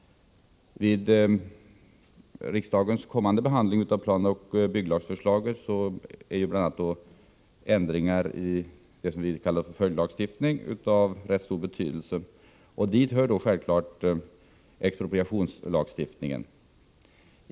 Vid riksdagens kommande behandling av planoch bygglagsförslaget är ju bl.a. förändringar i vad vi kallar följdlagstiftning av rätt stor betydelse. Dit hör självfallet expropriationslagstiftningen.